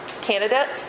candidates